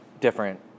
different